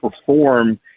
perform